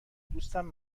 دوستم